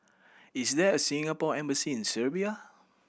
is there a Singapore Embassy in Serbia